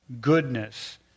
goodness